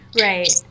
Right